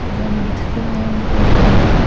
ಬಟಾಣಿ ಗಿಟಾಣಿ ಮಾಡಿ ಕೊಡ್ತೇವಿ